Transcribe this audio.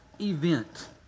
event